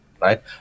right